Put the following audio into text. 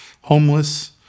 homeless